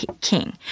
king